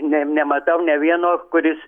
nematau nė vieno kuris